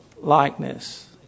likeness